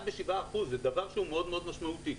זה דבר שהוא מאוד מאוד משמעותי.